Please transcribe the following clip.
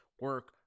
Work